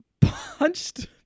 punched